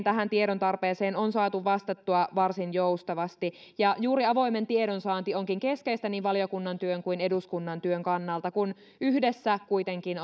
tähän tiedontarpeeseen on saatu vastattua varsin joustavasti ja juuri avoin tiedonsaanti onkin keskeistä niin valiokunnan työn kuin eduskunnan työn kannalta kun yhdessä kuitenkin